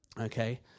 okay